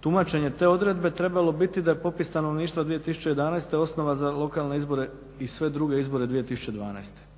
tumačenje te odredbe trebalo biti da je popis stanovništva 2011. osnova za lokalne izbore i sve druge izbore 2012.